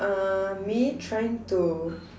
uh me trying to